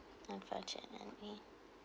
unfortunately